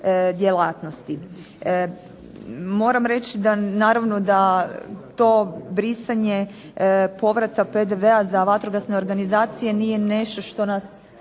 djelatnosti. Moram reći da naravno da to brisanje povrata PDV-a za vatrogasne organizacije nije nešto što nas